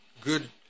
good